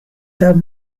have